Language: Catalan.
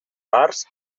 bars